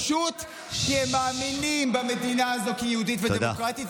פשוט כי הם מאמינים במדינה הזאת כיהודית ודמוקרטית,